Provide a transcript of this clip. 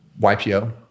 YPO